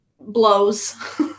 blows